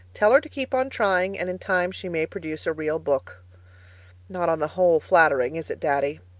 tell her to keep on trying, and in time she may produce a real book not on the whole flattering, is it, daddy?